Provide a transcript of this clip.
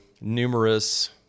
numerous